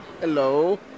Hello